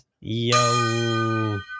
Yo